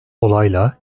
olayla